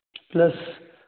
plus